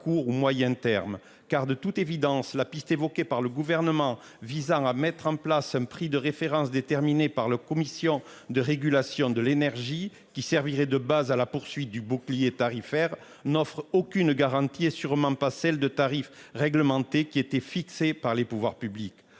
court ou moyen terme car de toute évidence la piste évoquée par le gouvernement, visant à mettre en place un prix de référence déterminé par la Commission de régulation de l'énergie qui servirait de base à la poursuite du bouclier tarifaire n'offre aucune garantie, et sûrement pas celle de tarif réglementé qui étaient fixé par les pouvoirs publics,